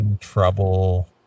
trouble